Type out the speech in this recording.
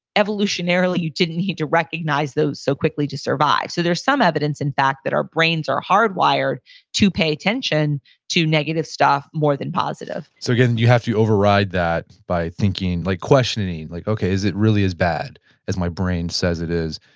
evolutionarily, you didn't need to recognize those so quickly to survive so there's some evidence in fact that our brains are hard wired to pay attention to negative stuff more than positive so again, you have to override that by like questioning like, okay, is it really as bad as my brain says it is?